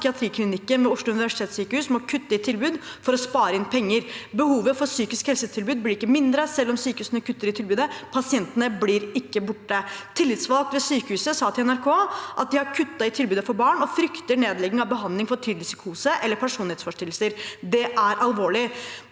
psykiatriklinikken ved Oslo universitetssykehus må kutte i tilbud for å spare inn penger. Behovet for psykisk helsetilbud blir ikke mindre selv om sykehusene kutter i tilbudet. Pasientene blir ikke borte. Tillitsvalgt ved sykehuset sa til NRK at de har kuttet i tilbudet for barn, og de frykter nedlegging av behandling for tidlig psykose eller personlighetsforstyrrelser. Det er alvorlig.